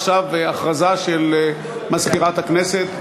עכשיו הודעה של מזכירת הכנסת.